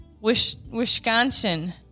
Wisconsin